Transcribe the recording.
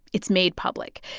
it's made public.